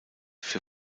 für